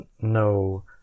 no